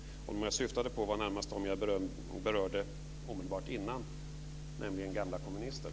Jag syftade närmast på dem jag berörde omedelbart innan, nämligen gamla kommunister.